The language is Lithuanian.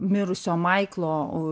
mirusio maiklo